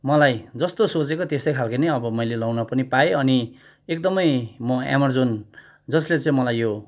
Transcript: मलाई जस्तो सोचेको त्यस्तै खालको नै अब मैले लाउन पनि पाएँ अनि एकदमै म एमाजोन जसले चाहिँ मलाई यो